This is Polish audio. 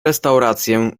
restaurację